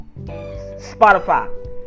Spotify